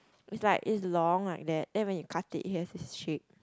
it's like it's long like that and then when you cut it it has this shape